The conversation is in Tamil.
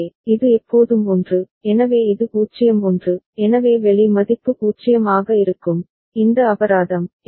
எனவே இது எப்போதும் 1 எனவே இது 0 1 எனவே வெளி மதிப்பு 0 ஆக இருக்கும் இந்த அபராதம்